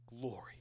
glory